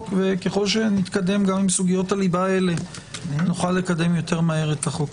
וככל שנתקדם גם בסוגיות הליבה הליבה האלה נוכל לקדם מהר יותר את החוק.